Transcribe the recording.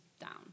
down